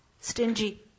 stingy